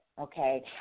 Okay